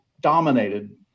dominated